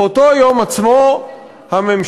באותו יום עצמו הממשלה,